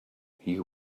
you